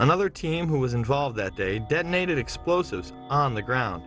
another team who was involved that day detonated explosives on the ground